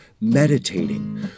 Meditating